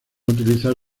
utilizar